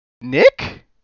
Nick